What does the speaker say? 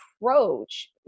approach